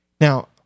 Now